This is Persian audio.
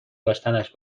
داشتنش